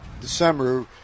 december